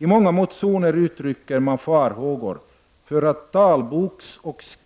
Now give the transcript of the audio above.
I många motioner uttrycker man farhågor för att Talboksoch